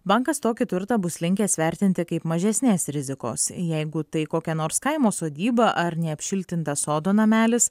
bankas tokį turtą bus linkęs vertinti kaip mažesnės rizikos jeigu tai kokia nors kaimo sodyba ar neapšiltintas sodo namelis